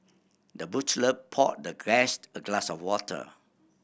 the butler poured the guest a glass of water